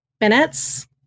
minutes